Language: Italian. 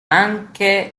anche